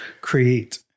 create